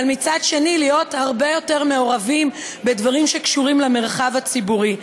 אבל מצד שני להיות הרבה יותר מעורבים בדברים שקשורים למרחב הציבורי,